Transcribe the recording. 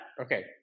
okay